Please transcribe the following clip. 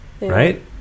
Right